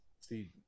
See